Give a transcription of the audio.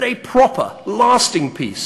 שבציבור הישראלי יש רוב גדול מאוד